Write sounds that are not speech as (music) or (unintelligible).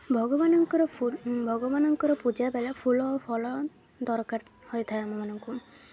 ଭଗବାନଙ୍କର (unintelligible) ଭଗବାନଙ୍କର ପୂଜା ବେଳେ ଫୁଲ ଓ ଫଳ ଦରକାର ହୋଇଥାଏ ଆମମାନଙ୍କୁ